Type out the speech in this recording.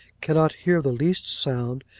cannot hear the least sound,